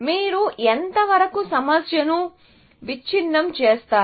మీరు ఎంతవరకు సమస్యను విచ్ఛిన్నం చేస్తారు